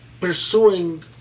pursuing